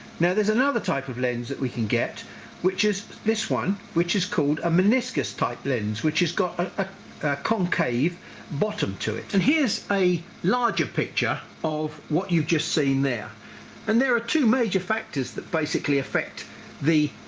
now there's another type of lens that we can get which is this one which is called a meniscus type lens, which has got a concave bottom to it. so and here's a larger picture of what you've just seen there and there are two major factors that basically affect the